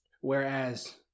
Whereas